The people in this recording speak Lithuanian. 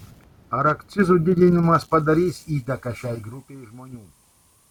ar akcizų didinimas padarys įtaką šiai grupei žmonių